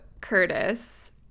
Curtis